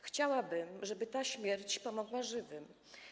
Chciałabym, żeby ta śmierć pomogła żywym.